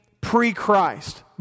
pre-Christ